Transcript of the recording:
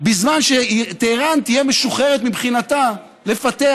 בזמן שטהרן תהיה משוחררת, מבחינתה, לפתח